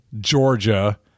Georgia